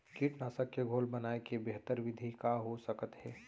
कीटनाशक के घोल बनाए के बेहतर विधि का हो सकत हे?